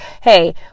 hey